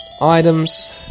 Items